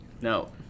No